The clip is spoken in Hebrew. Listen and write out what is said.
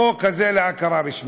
בחוק הזה, להכרה רשמית.